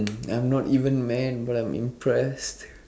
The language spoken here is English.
I'm not even mad but I'm impressed